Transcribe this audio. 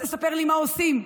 תספר לי מה עושים.